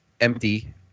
empty